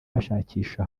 bashakisha